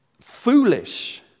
foolish